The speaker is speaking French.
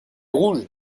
rouges